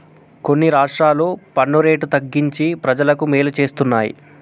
కొన్ని రాష్ట్రాలు పన్ను రేటు తగ్గించి ప్రజలకు మేలు చేస్తున్నాయి